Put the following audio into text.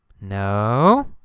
No